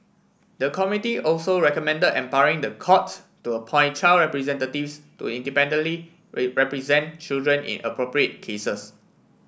the committee also recommended empowering the court to appoint child representatives to independently represent children in appropriate cases